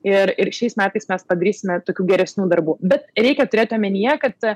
ir ir šiais metais mes padarysime tokių geresnių darbų bet reikia turėti omenyje kad